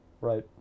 Right